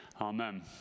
Amen